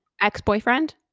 ex-boyfriend